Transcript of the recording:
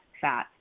fat